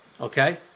Okay